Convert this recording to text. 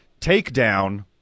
takedown